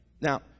Now